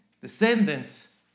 descendants